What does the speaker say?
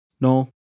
No